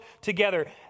together